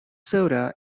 soda